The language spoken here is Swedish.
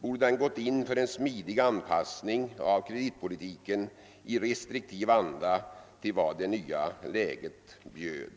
borde den ha gått in för en smidig anpassning av kreditpolitiken i restriktiv anda till vad det nya läget bjöd.